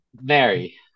Mary